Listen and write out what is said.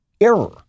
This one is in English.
error